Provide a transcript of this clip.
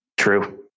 true